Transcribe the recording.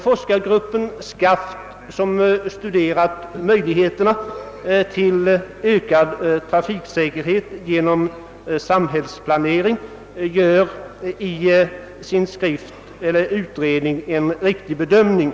Forskargruppen Scaft, som studerat möjligheterna till ökad trafiksäkerhet genom samhällsplanering, har i sin utredning enligt min mening gjort en riktig bedömning.